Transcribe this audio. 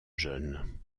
jeunes